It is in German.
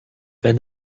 wenn